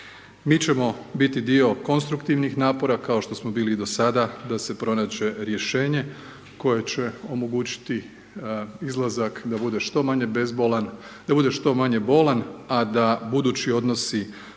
Mi ćemo biti dio konstruktivnih napora, kao što smo bili i do sada, da se pronađe rješenje koje će omogućiti izlazak da bude što manje bezbolan, da bude što